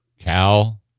Cal